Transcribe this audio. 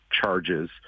charges